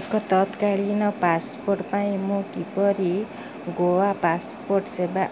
ଏକ ତତ୍କାଳୀନ ପାସପୋର୍ଟ ପାଇଁ ମୁଁ କିପରି ଗୋଆ ପାସପୋର୍ଟ ସେବା